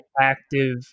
active